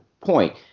point